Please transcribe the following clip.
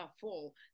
fall